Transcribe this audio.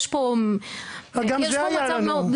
יש פה מצב די ברור.